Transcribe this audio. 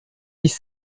dix